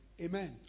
Amen